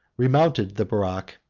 remounted the borak,